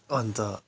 अन्त